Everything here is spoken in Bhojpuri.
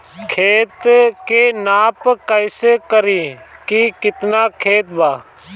खेत के नाप कइसे करी की केतना खेत बा?